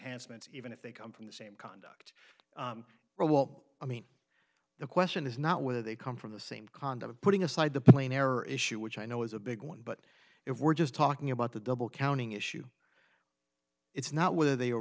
ments even if they come from the same conduct well i mean the question is not whether they come from the same conduct putting aside the plain error issue which i know is a big one but if we're just talking about the double counting issue it's not whether they a